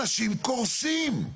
אנשים קורסים.